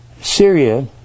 syria